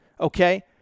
Okay